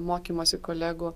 mokymosi kolegų